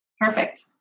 Perfect